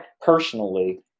personally